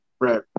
Right